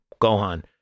Gohan